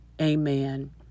Amen